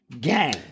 Gang